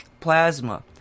plasma